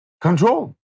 Control